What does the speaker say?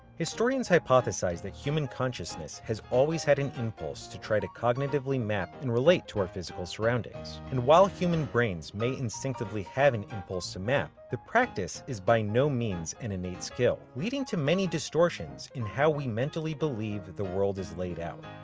historians hypothesize that human consciousness has always had an impulse to try to cognitively map and relate to our physical surroundings, and while human brains may instinctively have an impulse to map, the practice is by no means an innate skill, leading to many distortions in how we mentally believe the world is laid out.